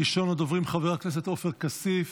ראשון הדוברים, חבר הכנסת עופר כסיף,